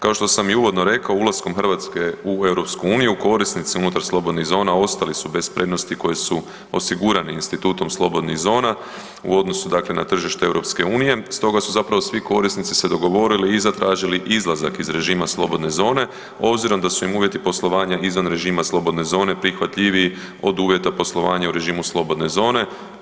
Kao što sam i uvodno rekao ulaskom Hrvatske u EU korisnici unutar slobodnih zona ostali su bez prednosti koje su osigurani institutom slobodnih zona u odnosu na tržište EU, stoga su zapravo svi korisnici se dogovorili i zatražili izlazak iz režima slobodne zone obzirom da su im uvjeti poslovanja izvan režima slobodne zone prihvatljiviji od uvjeta poslovanja u režimu slobodne zone.